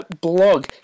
blog